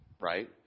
right